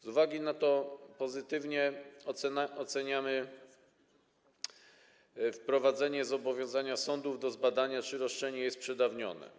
Z uwagi na to pozytywnie oceniamy wprowadzenie zobowiązania sądów do zbadania, czy roszczenie jest przedawnione.